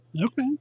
okay